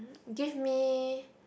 give me